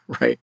right